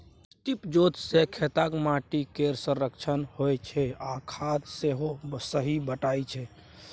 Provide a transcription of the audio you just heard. strip जोत सँ खेतक माटि केर संरक्षण होइ छै आ खाद सेहो सही बटाइ छै